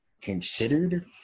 considered